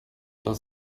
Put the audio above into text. das